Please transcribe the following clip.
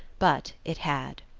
but it had.